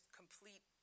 complete